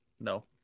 No